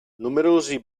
numerosi